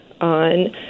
on